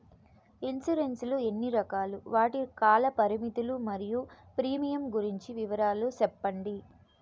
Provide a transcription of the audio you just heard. Insurance లు ఎన్ని రకాలు? వాటి కాల పరిమితులు మరియు ప్రీమియం గురించి వివరాలు సెప్పండి?